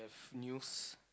news